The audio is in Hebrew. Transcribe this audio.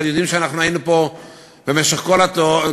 יודעים שאנחנו היינו פה במשך כל הדורות,